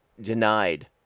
denied